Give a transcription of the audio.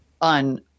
on